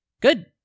good